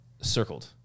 circled